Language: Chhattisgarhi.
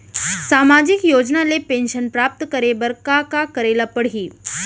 सामाजिक योजना ले पेंशन प्राप्त करे बर का का करे ल पड़ही?